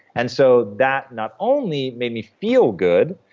and so that not only made me feel good,